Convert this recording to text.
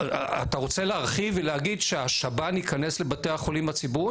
אתה רוצה להרחיב ולהגיד שהשב"ן יכנס לבתי החולים הציבוריים?